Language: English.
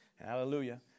hallelujah